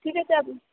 ঠিক আছে